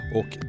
och